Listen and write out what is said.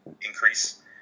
increase